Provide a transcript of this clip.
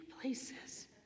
places